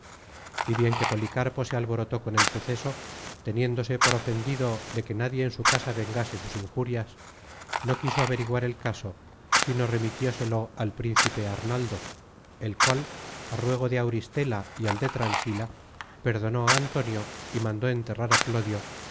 y bien que policarpo se alborotó con el suceso teniéndose por ofendido de que nadie en su casa vengase sus injurias no quiso averiguar el caso sino remitióselo al príncipe arnaldo el cual á ruego de auristela y al de transila perdonó á antonio y mandó enterrar á clodio